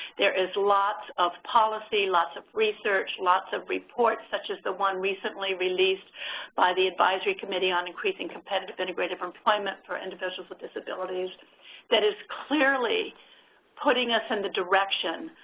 there is lots of policy, lots of research, lots of reports such as the one recently released by the advisory committee on increasing competitive integrated employment for individuals with disabilities that is clearly putting us in the direction,